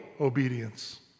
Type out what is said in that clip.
obedience